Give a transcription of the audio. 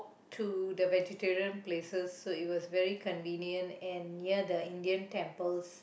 to the vegetarian places so it was very convenient and near the Indian temples